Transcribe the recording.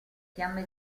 fiamme